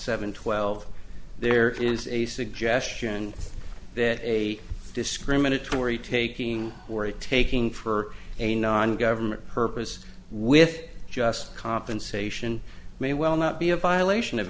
seven twelve there is a suggestion that a discriminatory taking or a taking for a non government purpose with just compensation may well not be a violation of